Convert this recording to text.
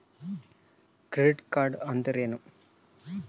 Credit card ಅಂದ್ರೇನು?